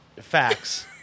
facts